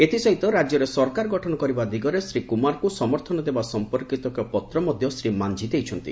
ଏଥିସହିତ ରାଜ୍ୟରେ ସରକାର ଗଠନ କରିବା ଦିଗରେ ଶ୍ରୀ କୁମାରଙ୍କୁ ସମର୍ଥନ ଦେବା ସମ୍ପର୍କିତ ଏକ ପତ୍ର ମଧ୍ୟ ଶ୍ରୀ ମାନ୍ଝୀ ଦେଇଛନ୍ତି